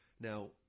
Now